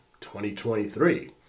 2023